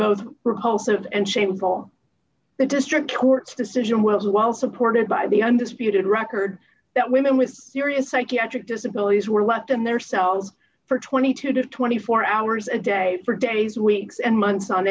both repulsive and shameful the district court's decision will be well supported by the undisputed record that women with serious psychiatric disabilities were left in their cells for twenty two to twenty four hours a day for days weeks and months on